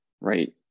right